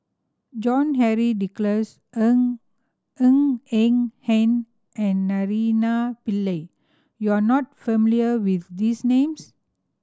John Henry Duclos Ng Ng Eng Hen and Naraina Pillai you are not familiar with these names